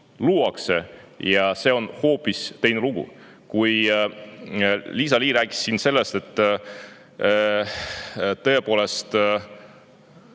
luuakse, ja see on hoopis teine lugu. Liisa-Ly rääkis siin sellest, et tõepoolest,